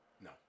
No